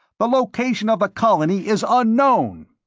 the location of the colony is unknown!